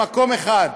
במקום אחד,